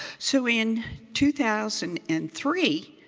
so in two thousand and three